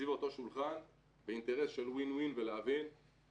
סביב אותו שולחן באינטרס של win win ולהבין שבסוף